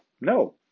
No